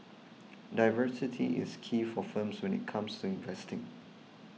diversity is key for firms when it comes to investing